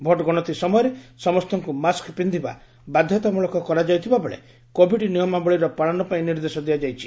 vote ଗଣତି ସମୟରେ ସମସ୍ତଙ୍କୁ ମାସ୍କ୍ ପିନ୍ଧିବା ବାଧ୍ୟତାମୃଳକ କରାଯାଇଥିବା ବେଳେ କୋଭିଡ୍ ନିୟମାବଳୀର ପାଳନ ପାଇଁ ନିର୍ଦ୍ଦେଶ ଦିଆଯାଇଛି